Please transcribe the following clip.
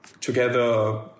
together